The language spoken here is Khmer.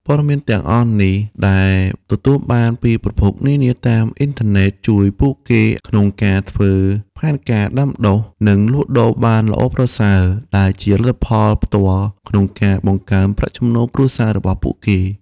ព័ត៌មានទាំងអស់នេះដែលទទួលបានពីប្រភពនានាតាមអ៊ីនធឺណិត ជួយពួកគេក្នុងការ ធ្វើផែនការដាំដុះ និង លក់ដូរបានល្អប្រសើរ ដែលជាលទ្ធផលផ្ទាល់ក្នុងការ បង្កើនប្រាក់ចំណូលគ្រួសារ របស់ពួកគេ។